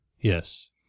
Yes